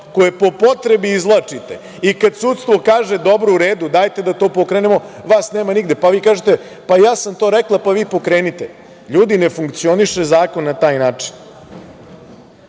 koje po potrebi izvlačite i kad sudstvo kaže – dobro, u redu, dajte da to pokrenemo, vas nema nigde. Vi onda kažete – pa, ja sam to rekla, a vi pokrenite. Ljudi, ne funkcioniše zakon na taj način.I